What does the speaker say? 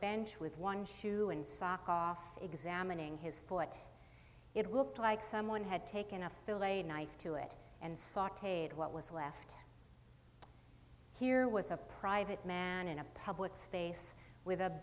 bench with one shoe and sock off examining his foot it looked like someone had taken a filet knife to it and sauteed what was left here was a private man in a public space with a